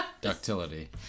Ductility